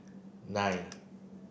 nine